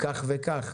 כך וכך.